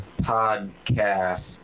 podcast